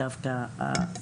בי.